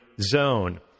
zone